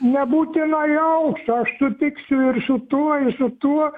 nebūtinai auksą aš sutiksiu ir su tuo ir su tuo